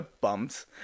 Bums